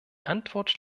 antwort